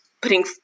putting